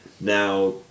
now